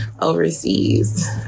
overseas